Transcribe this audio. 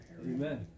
Amen